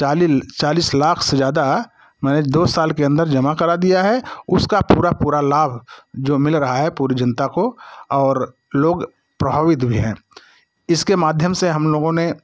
चालील चालीस लाख से ज़्यादा मैं दो साल के अंदर जमा करा दिया है उसका पूरा पूरा लाभ जो मिल रहा है पूरी जनता को और लोग प्रभावित भी हैं इसके माध्यम से हम लोगों ने